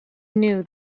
knew